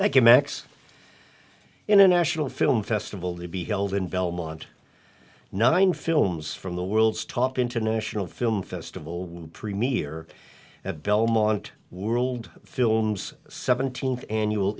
you max international film festival to be held in belmont nine films from the world's top international film festival premier at belmont world films seventeenth annual